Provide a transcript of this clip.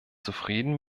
zufrieden